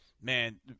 man